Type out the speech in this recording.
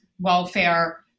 welfare